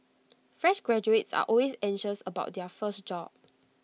fresh graduates are always anxious about their first job